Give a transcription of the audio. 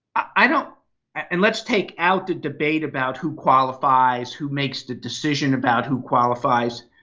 i don't and let's take out the debate about who qualifies, who makes the decision about who qualifies,